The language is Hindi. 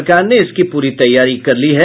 सरकार ने इसकी पूरी तैयारी कर ली है